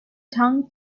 tongue